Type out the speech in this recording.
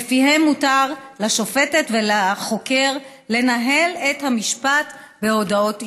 שלפיהן מותר לשופטת ולחוקר לנהל את המשפט בהודעות אישיות.